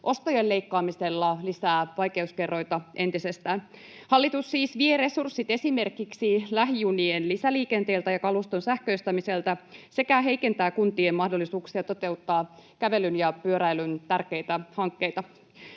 ostojen leikkaamisella lisää vaikeuskerrointa entisestään. Hallitus siis vie resurssit esimerkiksi lähijunien lisäliikenteeltä ja kaluston sähköistämiseltä sekä heikentää kuntien mahdollisuuksia toteuttaa kävelyn ja pyöräilyn tärkeitä hankkeita.